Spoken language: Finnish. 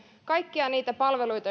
kaikkia niitä palveluita